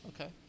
Okay